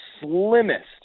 slimmest